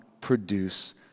produce